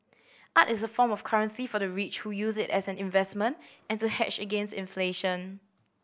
art is a form of currency for the rich who use it as an investment and to hedge against inflation